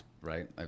right